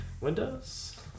windows